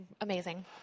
amazing